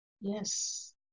Yes